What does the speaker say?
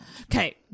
okay